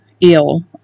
ill